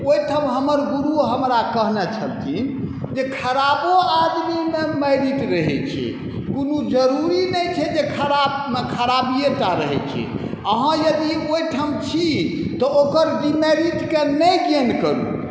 ओहिठाम हमर गुरु हमरा कहने छथिन जे खराबो आदमीमे मेरिट रहै छै कोनो जरूरी नहि छै जे खराबमे खराबिएटा रहै छै अहाँ यदि ओहिठाम छी तऽ ओकर डिमेरिटके नहि गेन करू